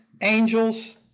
angels